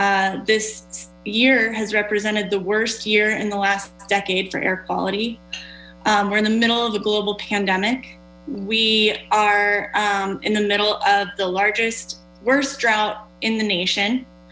this year has represented the worst year in the last decade for air quality we're in the middle of a global pandemic we are in the middle of the largest worst drought in the nation